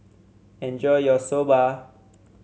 enjoy your Soba